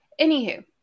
Anywho